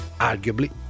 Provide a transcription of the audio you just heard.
Arguably